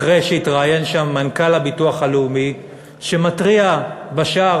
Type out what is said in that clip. אחרי שהתראיין שם מנכ"ל הביטוח הלאומי שמתריע בשער